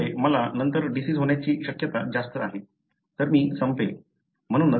त्यामुळे मला नंतर डिसिज होण्याची शक्यता जास्त आहे तर मी संपेन